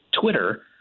Twitter